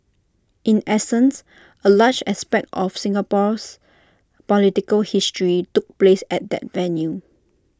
in essence A large aspect of Singapore's political history took place at that venue